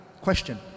Question